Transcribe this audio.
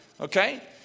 Okay